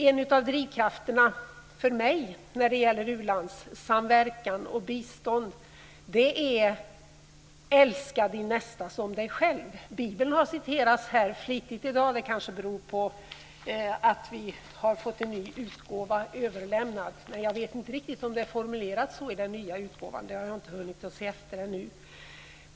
En av drivkrafterna för mig när det gäller ulandssamverkan och bistånd är "Älska din nästa som dig själv". Bibeln har citerats flitigt här i dag, och det kanske beror på att vi har fått en ny utgåva överlämnad. Jag vet inte om det är formulerat så i den nya utgåvan - jag har inte hunnit se efter det ännu.